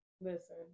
Listen